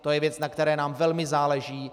To je věc, na které nám velmi záleží.